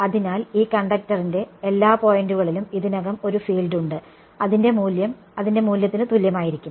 അതിനാൽ ഈ കണ്ടക്ടറിന്റെ എല്ലാ പോയിന്റുകളിലും ഇതിനകം തന്നെ ഒരു ഫീൽഡ് ഉണ്ട് അതിന്റെ മൂല്യം അതിന്റെ മൂല്യത്തിന് തുല്യമായിരിക്കും